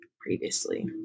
previously